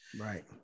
Right